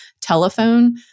telephone